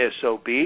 SOB